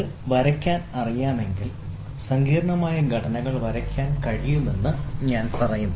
ഇത് വരയ്ക്കാൻ അറിയാമെങ്കിൽ സങ്കീർണ്ണമായ ഘടനകൾ വരയ്ക്കാൻ കഴിയുമെന്ന് ഞാൻ പറയുന്നു